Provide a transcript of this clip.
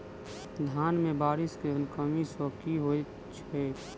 धान मे बारिश केँ कमी सँ की होइ छै?